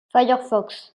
firefox